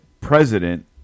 president